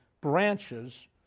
branches